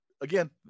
again